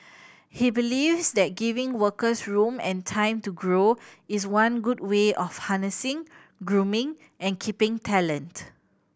he believes that giving workers room and time to grow is one good way of harnessing grooming and keeping talent